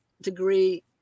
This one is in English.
degree